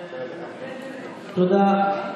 תודה.